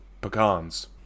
pecans